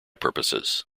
purposes